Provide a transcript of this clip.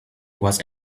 was